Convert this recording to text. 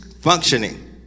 functioning